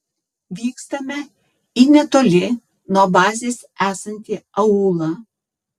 vykstame į netoli nuo bazės esantį aūlą